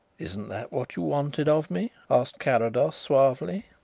isn't that what you wanted of me? asked carrados suavely.